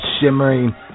shimmering